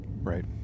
Right